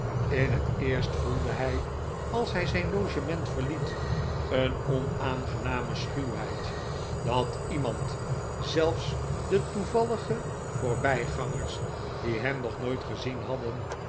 in het eerst voelde hij als hij zijn logement verliet een onaangename schuwheid dat iemand zelfs de toevallige voorbijgangers die hem nog nooit gezien hadden